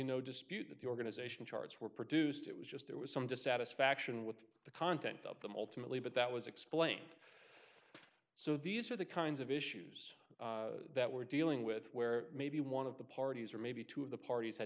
no dispute that the organization charts were produced it was just there was some dissatisfaction with the content of the multi million but that was explained so these are the kinds of issues that we're dealing with where maybe one of the parties or maybe two of the parties had